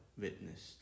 witnessed